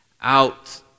out